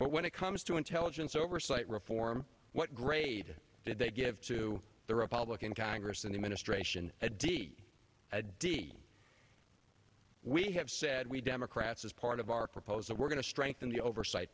but when it comes to intelligence oversight reform what grade did they give to the republican congress and administration a d a d we have said we democrats as part of our proposal we're going to strengthen the oversight